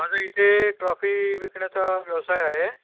माझा इथे ट्रॉफी विकण्याचा व्यवसाय आहे